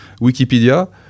Wikipedia